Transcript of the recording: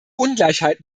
ungleichheit